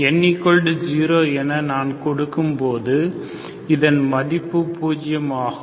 n 0 என நான் கொடுக்கும் போது இதன் மதிப்பு பூஜ்யம் ஆகும்